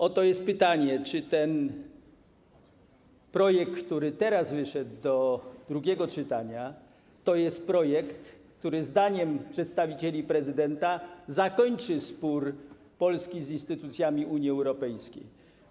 Oto jest pytanie: Czy ten projekt, który teraz trafił do drugiego czytania, to projekt, który zdaniem przedstawicieli prezydenta zakończy spór Polski z instytucjami Unii Europejskiej?